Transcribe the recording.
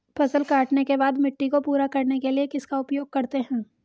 फसल काटने के बाद मिट्टी को पूरा करने के लिए किसका उपयोग करते हैं?